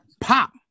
pop